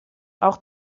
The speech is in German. auch